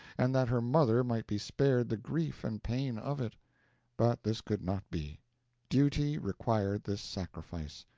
and that her mother might be spared the grief and pain of it but this could not be duty required this sacrifice,